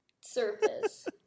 surface